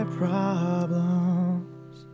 problems